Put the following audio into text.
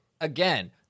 again